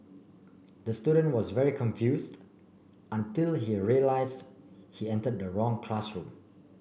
the student was very confused until he realise he entered the wrong classroom